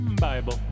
Bible